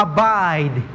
Abide